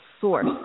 source